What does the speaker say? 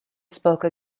spoke